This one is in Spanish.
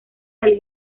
del